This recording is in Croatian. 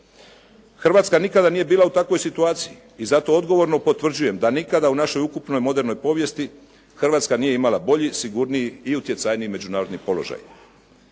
Hrvatska nikada nije bila u takvoj situaciji i zato odgovorno potvrđujem da nikada u našoj ukupnoj modernoj povijesti Hrvatska nije imala bolji, sigurniji i utjecajniji međunarodni položaj.